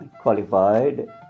qualified